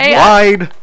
wide